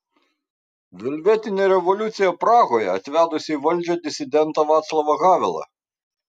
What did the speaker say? velvetinė revoliucija prahoje atvedusi į valdžią disidentą vaclavą havelą